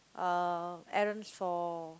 uh errands for